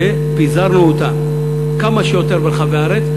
ופיזרנו אותם כמה שיותר ברחבי הארץ,